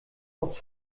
aus